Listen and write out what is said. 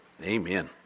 amen